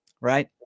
right